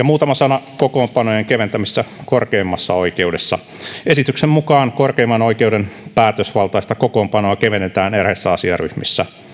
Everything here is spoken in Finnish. muutama sana kokoonpanojen keventämisestä korkeimmassa oikeudessa esityksen mukaan korkeimman oikeuden päätösvaltaista kokoonpanoa kevennetään eräissä asiaryhmissä